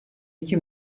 iki